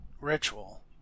ritual